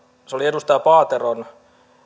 se oli edustaja paateron